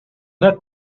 that